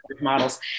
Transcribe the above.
models